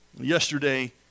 Yesterday